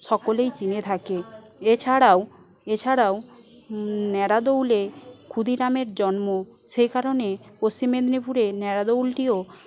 সকলেই চিনে থাকে এছাড়াও এছাড়াও নারাজোলে ক্ষুদিরামের জন্ম সেই কারণে পশ্চিম মেদিনীপুরে নারাজোলটিও